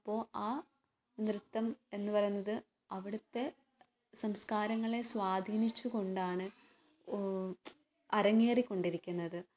അപ്പോൾ ആ നൃത്തം എന്ന് പറയുന്നത് അവിടുത്തെ സംസ്കാരങ്ങളെ സ്വാധീനിച്ച് കൊണ്ടാണ് അരങ്ങേറിക്കൊണ്ടിരിക്കുന്നത്